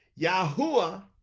Yahuwah